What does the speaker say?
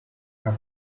tra